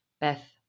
Beth